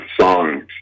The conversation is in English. songs